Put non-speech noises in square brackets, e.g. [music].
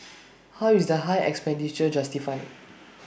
[noise] how is the high expenditure justified